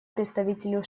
представителю